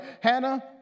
Hannah